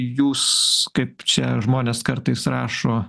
jūs kaip čia žmonės kartais rašo